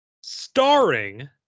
Starring